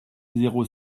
zéro